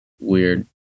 weird